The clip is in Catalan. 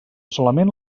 solament